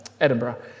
Edinburgh